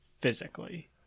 physically